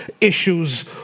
issues